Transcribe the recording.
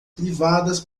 privadas